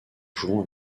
jouant